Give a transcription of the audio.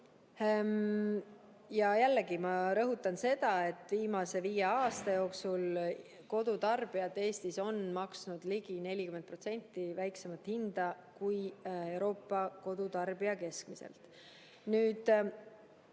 Ja jällegi, ma rõhutan seda, et viimase viie aasta jooksul on kodutarbijad Eestis maksnud ligi 40% madalamat hinda kui Euroopa kodutarbija keskmiselt.